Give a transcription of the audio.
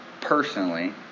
Personally